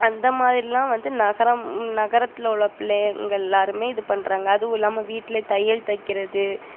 அந்த மாதிரிலாம் வந்து நகரம் நகரத்தில் உள்ள பிள்ளைங்கள் எல்லாருமே இது பண்ணுறாங்க அதுவும் இல்லாமல் வீட்டில தையல் தைக்கிறது